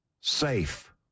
safe